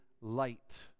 light